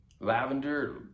lavender